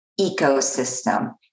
ecosystem